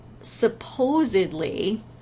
supposedly